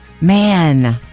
man